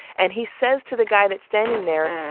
and he says to the guy that's standing there,